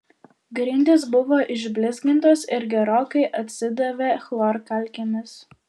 grindys buvo išblizgintos ir gerokai atsidavė chlorkalkėmis